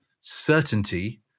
certainty